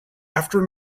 after